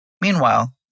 Meanwhile